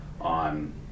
on